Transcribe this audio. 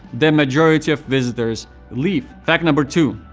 the majority of visitors leave. fact number two,